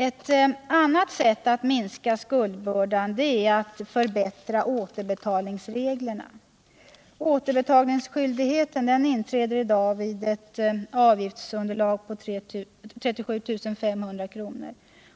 Ett annat sätt att minska skuldbördan är att kraftigt förbättra återbetalningsreglerna. Återbetalningsskyldighet inträder i dag vid ett avgiftsunderlag på 37 500 kr.